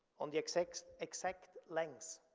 on the exact exact lengths.